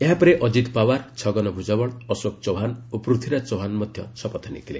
ଏହାପରେ ଅଜିତ ପାୱାର ଛଗନ ଭୂଜବଳ ଅଶୋକ ଚୌହାନ ଓ ପୂଥ୍ୱୀରାଜ ଚୌହାନ ମଧ୍ୟ ଶପଥ ନେଇଥିଲେ